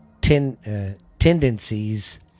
tendencies